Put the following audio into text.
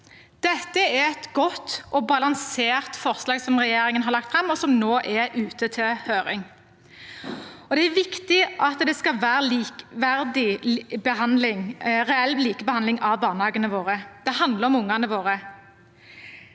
Det er et godt og balansert forslag som regjeringen har lagt fram, og som nå er ute på høring. Det er viktig at det skal være reell likebehandling av barnehagene våre. Det handler om ungene våre.